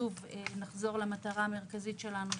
שוב נחזור למטרה המרכזית שלנו,